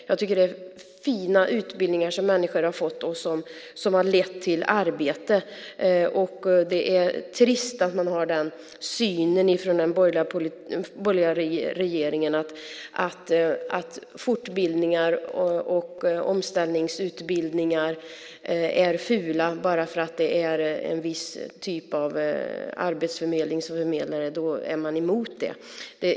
Jag tycker att det är fina utbildningar som människor har fått och som har lett till arbete, och det är trist att man har den synen från den borgerliga regeringen att fortbildningar och omställningsutbildningar är fula bara för att det är en viss typ av arbetsförmedling som förmedlar dem och att man då är emot det.